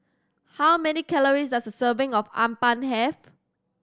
how many calories does a serving of appam have